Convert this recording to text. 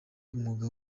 umwuga